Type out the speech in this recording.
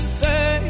say